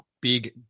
big